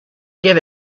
give